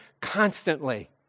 constantly